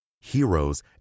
heroes